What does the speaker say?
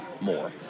more